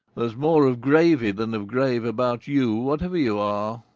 there's more of gravy than of grave about you, whatever you are!